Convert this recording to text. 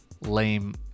lame